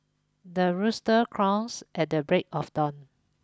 the rooster crows at the break of dawn